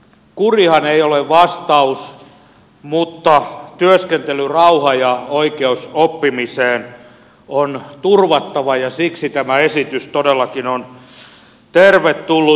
kurihan ei ole vastaus mutta työskentelyrauha ja oikeus oppimiseen on turvattava ja siksi tämä esitys todellakin on tervetullut